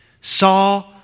saw